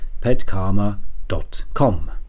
petkarma.com